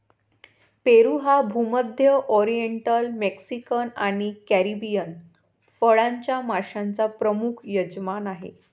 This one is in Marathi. पेरू हा भूमध्य, ओरिएंटल, मेक्सिकन आणि कॅरिबियन फळांच्या माश्यांचा प्रमुख यजमान आहे